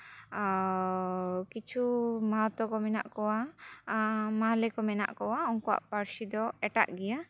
ᱠᱤᱪᱷᱩ ᱢᱟᱦᱟᱛᱚ ᱠᱚ ᱢᱮᱱᱟᱜ ᱠᱚᱣᱟ ᱢᱟᱦᱞᱮ ᱠᱚ ᱢᱮᱱᱟᱜ ᱠᱚᱣᱟ ᱩᱱᱠᱩᱣᱟᱜ ᱯᱟᱹᱨᱥᱤ ᱫᱚ ᱮᱴᱟᱜ ᱜᱮᱭᱟ